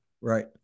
Right